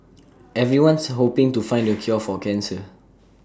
everyone's hoping to find the cure for cancer